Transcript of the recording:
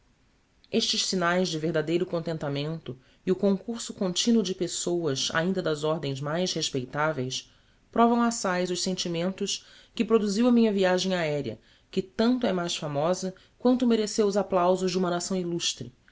estes signaes de verdadeiro contentamento e o concurso continuo de pessoas ainda das ordens mais respeitaveis provam assás os sentimentos que produziu a minha viagem aerea que tanto é mais famosa quanto mereceu os applausos de uma nação illustre